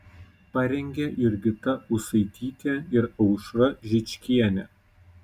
parengė jurgita ūsaitytė ir aušra žičkienė